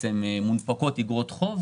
ומונפקות אגרות החוב.